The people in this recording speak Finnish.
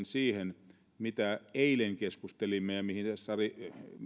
siihen mistä eilen keskustelimme ja mihin